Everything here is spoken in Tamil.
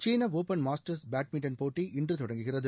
சீன ஒப்பன் மாஸ்டர்ஸ் பேட்மிண்டன் போட்டி இன்று தொடங்குகிறது